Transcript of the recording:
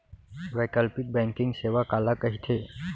वैकल्पिक बैंकिंग सेवा काला कहिथे?